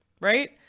right